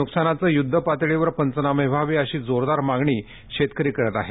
नुकसानाचे युद्ध पातळीवर पंचनामे व्हावे अशी जोरदार मागणी शेतकरी करीत आहे